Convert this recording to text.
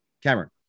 Cameron